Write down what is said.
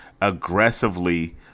aggressively